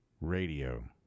radio